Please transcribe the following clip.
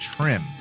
trim